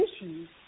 issues